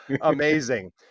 Amazing